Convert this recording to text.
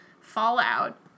fallout